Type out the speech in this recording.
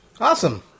Awesome